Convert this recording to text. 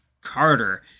Carter